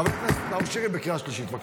חבר הכנסת נאור שירי, קריאה שלישית.